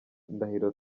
ndahiro